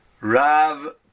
Rav